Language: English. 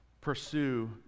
pursue